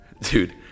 dude